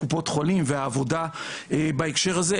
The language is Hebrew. קופות חולים והעבודה בהקשר הזה,